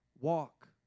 Walk